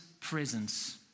presence